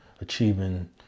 achieving